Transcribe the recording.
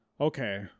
okay